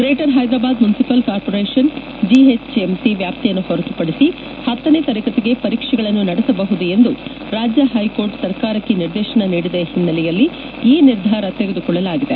greater Hyderabad municipal corporation GHMC ವ್ಲಾಪ್ತಿಯನ್ನು ಹೊರತುಪಡಿಸಿ ಹತ್ತನೇ ತರಗತಿಗೆ ಪರೀಕ್ಷೆಗಳನ್ನು ನಡೆಸಬಹುದು ಎಂದು ರಾಜ್ಯ ಹೈಕೋರ್ಟ್ ಸರ್ಕಾರಕ್ಷೆ ನಿರ್ದೇಶನ ನೀಡಿದ ಹಿನ್ನೆಲೆಯಲ್ಲಿ ಈ ನಿರ್ಧಾರ ತೆಗೆದುಕೊಳ್ಳಲಾಗಿದೆ